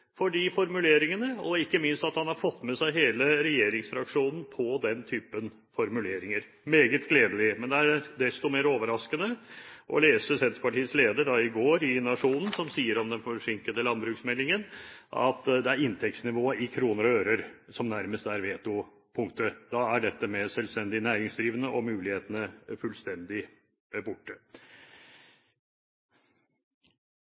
for de formuleringene og ikke minst for at han har fått med seg hele regjeringsfraksjonen på den typen formuleringer – meget gledelig. Men det er desto mer overraskende å lese at Senterpartiets leder i Nationen i går sier om den forsinkede landbruksmeldingen at det er inntektsnivået i kroner og øre som nærmest er vetopunktet. Da er dette med selvstendig næringsdrivende og mulighetene fullstendig borte.